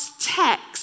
text